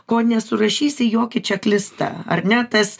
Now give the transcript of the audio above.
ko nesurašysi jokie čia klysta ar ne tas